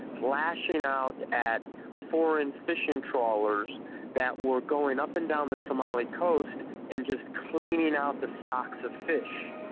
lashing out at foreign fishing trawlers that were going up and down the somali coast and just cleaning out the stocks of fish.